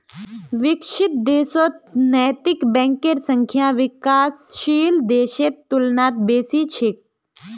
विकसित देशत नैतिक बैंकेर संख्या विकासशील देशेर तुलनात बेसी छेक